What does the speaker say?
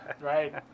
right